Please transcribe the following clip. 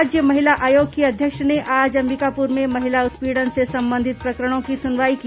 राज्य महिला आयोग की अध्यक्ष ने आज अंबिकापुर में महिला उत्पीड़न से संबंधित प्रकरणों की सुनवाई की